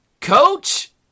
Coach